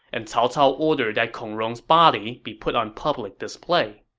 and cao cao ordered that kong rong's body be put on public display